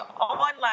online